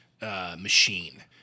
machine